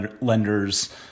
lenders